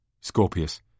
Scorpius